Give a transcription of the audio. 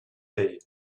day